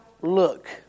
look